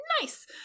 nice